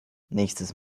nächstes